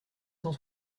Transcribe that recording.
cent